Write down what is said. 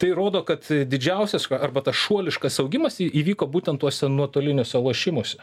tai rodo kad didžiausias arba šuoliškas augimas į įvyko būtent tuose nuotoliniuose lošimuose